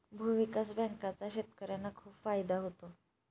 भूविकास बँकांचा शेतकर्यांना खूप फायदा होतो